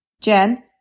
Jen